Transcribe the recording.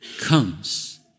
comes